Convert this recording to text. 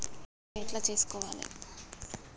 UPI ఎట్లా చేసుకోవాలి?